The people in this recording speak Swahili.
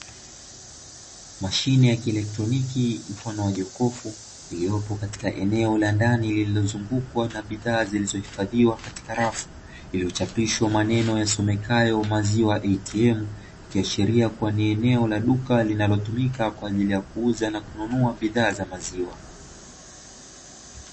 Mashine ya kielektroniki mfano wa jokofu iliyopo katika eneo la ndani lililozungukwa na bidhaa zilizohifadhiwa katika rafu iliyochapishwa maneno yasomekayo maziwa atm ikiashiria kua ni eneo la duka linalotumika kwa ajili ya kuuza na kununua bidhaa za maziwa.